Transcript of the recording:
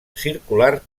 circular